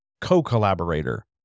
co-collaborator